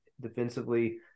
defensively